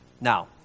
Now